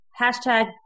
hashtag